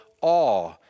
awe